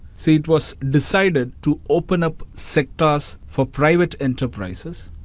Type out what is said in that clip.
so it was decided to open up sectors for private enterprises.